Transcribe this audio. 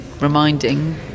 reminding